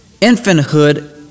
infanthood